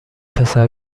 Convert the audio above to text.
پسر